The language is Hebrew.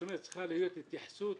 צריכה להיות התייחסות.